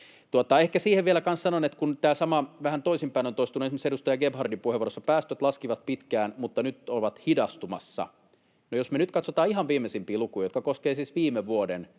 Ehkä siihen vielä sanon, että kun tämä sama vähän toisinpäin on toistunut esimerkiksi edustaja Gebhardin puheenvuorossa — päästöt laskivat pitkään mutta nyt ovat hidastumassa. Jos me nyt katsotaan ihan viimeisimpiä lukuja, jota koskevat siis viime vuoden tietoja,